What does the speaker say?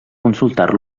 consultar